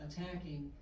attacking